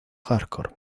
hardcore